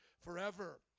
forever